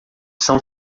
são